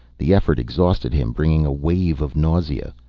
the effort exhausted him, bringing a wave of nausea.